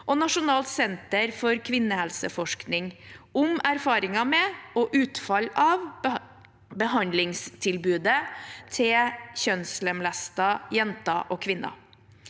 fra Nasjonalt senter for kvinnehelseforskning om erfaringer med og utfall av behandlingstilbudet til kjønnslemlestede jenter og kvinner.